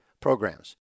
programs